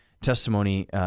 testimony